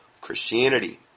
Christianity